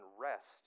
rest